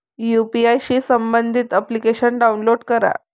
UPI शी संबंधित application download करा